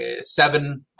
seven